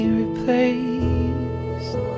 replaced